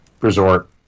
resort